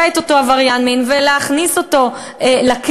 את אותו עבריין מין ולהכניס אותו לכלא,